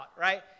right